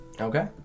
Okay